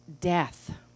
death